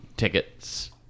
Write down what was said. Tickets